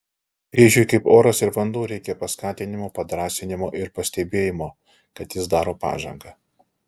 vėžiui kaip oras ir vanduo reikia paskatinimo padrąsinimo ir pastebėjimo kad jis daro pažangą